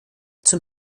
zum